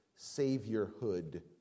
saviorhood